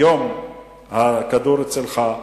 היום הכדור אצלך,